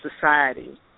society